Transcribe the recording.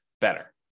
better